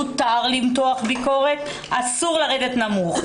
מותר למתוח ביקורת אבל אסור לרדת נמוך.